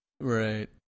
Right